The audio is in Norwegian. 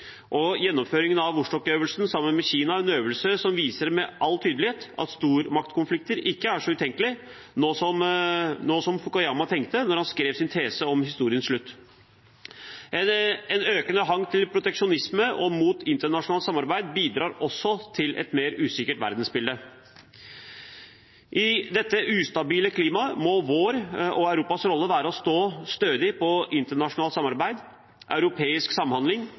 Ukraina. Gjennomføringen av Vostok-øvelsen sammen med Kina viser med all tydelighet at stormaktskonflikter ikke er så utenkelige nå som Fukuyama tenkte da han skrev sin tese om historiens slutt. En økende hang til proteksjonisme og mot internasjonalt samarbeid bidrar også til et mer usikkert verdensbilde. I dette ustabile klimaet må vår og Europas rolle være å stå stødig på internasjonalt samarbeid, europeisk samhandling